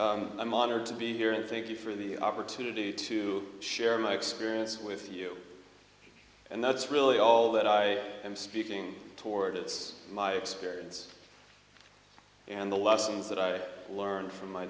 much i'm honored to be here and thank you for the opportunity to share my experience with you and that's really all that i am speaking toward it's my experience and the lessons that i learned from my